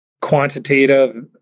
quantitative